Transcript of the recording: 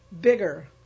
bigger